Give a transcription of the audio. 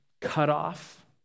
cutoff